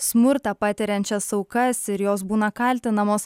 smurtą patiriančias aukas ir jos būna kaltinamos